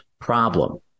problem